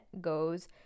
goes